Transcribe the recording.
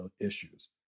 issues